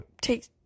take